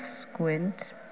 squint